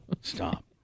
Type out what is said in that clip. stop